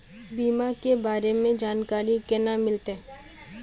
बीमा के बारे में जानकारी केना मिलते?